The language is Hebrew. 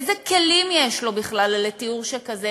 איזה כלים יש לו בכלל לתיאור שכזה?